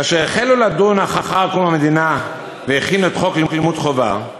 כאשר החלו לדון אחר קום המדינה והכינו את חוק לימוד חובה,